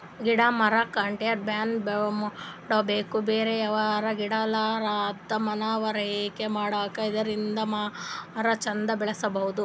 ಗಿಡ ಮರ ಕಡ್ಯದ್ ಬ್ಯಾನ್ ಮಾಡ್ಸಬೇಕ್ ಬೇರೆ ಯಾರನು ಕಡಿಲಾರದಂಗ್ ಮನವರಿಕೆ ಮಾಡ್ಬೇಕ್ ಇದರಿಂದ ಮರ ಚಂದ್ ಬೆಳಸಬಹುದ್